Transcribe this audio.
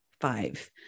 five